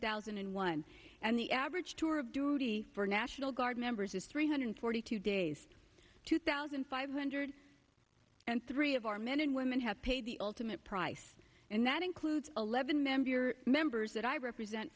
thousand and one and the average tour of duty for national guard members is three hundred forty two days two thousand five hundred and three of our men and women have paid the ultimate price and that includes eleven member your members that i represent